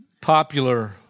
popular